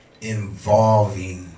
involving